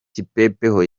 kipepeo